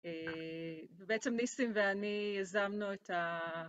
ובעצם ניסים ואני יזמנו את ה...